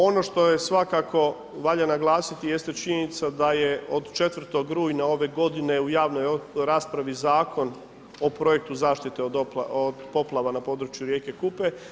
Ono što je svakako, valja naglasiti jeste činjenica da je od 4. rujna ove godine u javnoj raspravi Zakon o projektu zaštite od poplava na području rijeke Kupe.